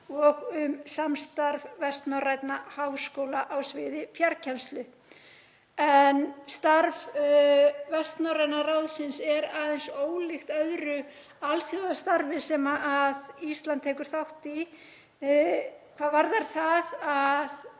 og um samstarf vestnorrænna háskóla á sviði fjarkennslu. Starf Vestnorræna ráðsins er aðeins ólíkt öðru alþjóðasamstarfi sem Ísland tekur þátt í hvað varðar það að